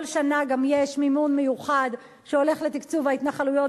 כל שנה גם יש מימון מיוחד שהולך לתקצוב ההתנחלויות